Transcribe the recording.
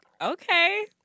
Okay